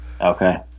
okay